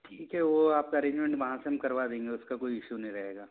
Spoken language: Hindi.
ठीक है वो आपका अरेंजमेंट वहाँ से हम करवा देंगे उसका कोई इशू नहीं रहेगा